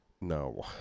No